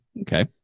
Okay